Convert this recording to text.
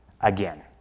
again